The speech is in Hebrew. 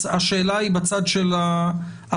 השאלה היא בצד של האכיפה.